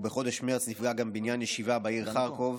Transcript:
ובחודש מרץ נפגע גם בניין ישיבה בעיר חרקוב.